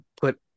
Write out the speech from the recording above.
put